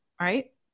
right